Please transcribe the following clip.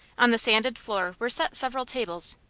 on the sanded floor were set several tables,